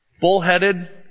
bullheaded